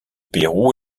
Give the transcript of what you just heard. pérou